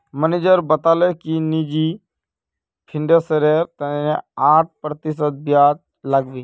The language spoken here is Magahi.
मनीजर बताले कि निजी फिनांसेर तने आठ प्रतिशत ब्याज लागबे